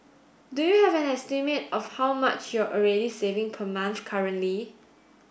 do you have an estimate of how much you're already saving per month currently